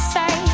say